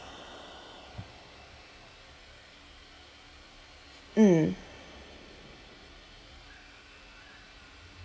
mm